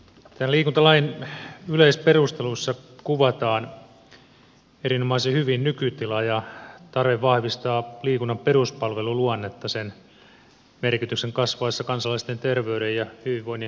tämän liikuntalain yleisperusteluissa kuvataan erinomaisen hyvin nykytila ja tarve vahvistaa liikunnan peruspalveluluonnetta sen merkityksen kasvaessa kansalaisten terveyden ja hyvinvoinnin ylläpitämiseksi